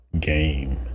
game